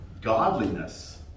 Godliness